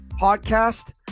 podcast